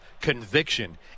conviction